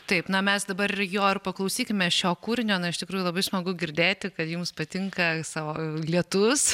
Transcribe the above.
taip na mes dabar jo ir paklausykime šio kūrinio na iš tikrųjų labai smagu girdėti kad jums patinka savo lietus